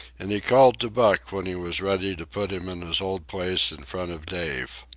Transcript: and he called to buck when he was ready to put him in his old place in front of dave.